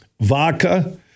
Vodka